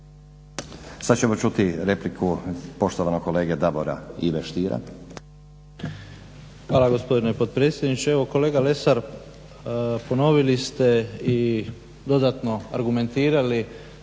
Sad ćemo čuti repliku poštovanog kolege Davora Ive Stiera. **Stier, Davor Ivo (HDZ)** Hvala gospodine potpredsjedniče. Evo kolega Lesar, ponovili ste i dodatno argumentirali